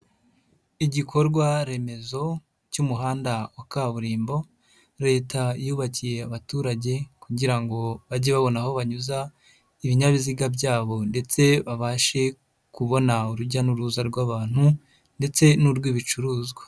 Igikorwa remezo cy'umuhanda wa kaburimbo Leta yubakiye abaturage kugira ngo bajye babona aho banyuza ibinyabiziga byabo ndetse babashe kubona urujya n'uruza rw'abantu ndetse n'urw'ibicuruzwa.